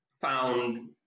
found